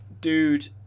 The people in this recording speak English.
dude